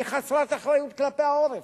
היא חסרת אחריות כלפי העורף.